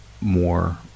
more